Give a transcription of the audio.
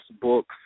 books